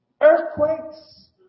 Earthquakes